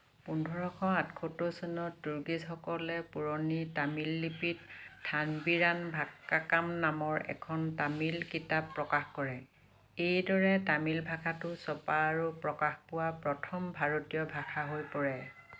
পোন্ধৰশ আঠসত্তৰ চনত পৰ্তুগীজসকলে পুৰণি তামিল লিপিত থাম্বিৰান ভাট্টাকাম নামৰ এখন তামিল কিতাপ প্ৰকাশ কৰে এইদৰে তামিল ভাষাটো ছপা আৰু প্ৰকাশ পোৱা প্ৰথম ভাৰতীয় ভাষা হৈ পৰে